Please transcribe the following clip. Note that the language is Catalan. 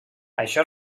això